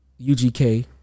UGK